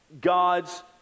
God's